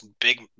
Big